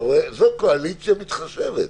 זו קואליציה מתחשבת.